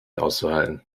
auszuhalten